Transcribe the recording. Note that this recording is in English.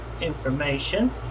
information